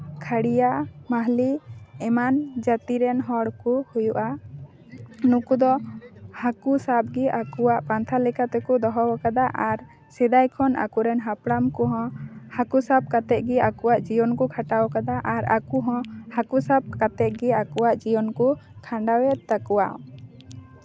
ᱦᱟᱹᱲᱤᱭᱟ ᱢᱟᱹᱦᱞᱤ ᱮᱢᱟᱱ ᱡᱟᱹᱛᱤ ᱨᱮᱱ ᱦᱚᱲ ᱠᱚ ᱦᱩᱭᱩᱜᱼᱟ ᱱᱩᱠᱩ ᱫᱚ ᱦᱟᱹᱠᱩ ᱥᱟᱵ ᱜᱮ ᱟᱠᱚᱣᱟᱜ ᱯᱟᱱᱛᱷᱟ ᱞᱮᱠᱟ ᱛᱮᱠᱚ ᱫᱚᱦᱚ ᱠᱟᱫᱟ ᱟᱨ ᱥᱮᱫᱟᱭ ᱠᱷᱚᱱ ᱟᱠᱚᱨᱮᱱ ᱦᱟᱯᱲᱟᱢ ᱠᱚᱦᱚᱸ ᱦᱟᱹᱠᱩ ᱥᱟᱵ ᱠᱟᱛᱮ ᱜᱮ ᱟᱠᱚᱣᱟᱜ ᱡᱤᱭᱚᱱ ᱠᱚ ᱠᱷᱟᱴᱟᱣ ᱠᱟᱫᱟ ᱟᱨ ᱟᱠᱚ ᱦᱚᱸ ᱦᱟᱹᱠᱩ ᱥᱟᱵ ᱠᱟᱛᱮ ᱜᱮ ᱟᱠᱚᱣᱟᱜ ᱡᱤᱭᱚᱱ ᱠᱚ ᱠᱷᱟᱱᱰᱟᱣ ᱮᱫ ᱛᱟᱠᱚᱣᱟ